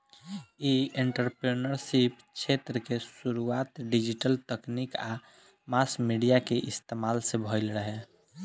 इ एंटरप्रेन्योरशिप क्षेत्र के शुरुआत डिजिटल तकनीक आ मास मीडिया के इस्तमाल से भईल रहे